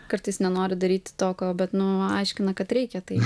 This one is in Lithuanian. kartais nenoriu daryti to ko bet nu aiškina kad reikia tai